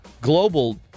global